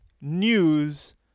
news